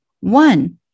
One